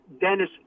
Dennis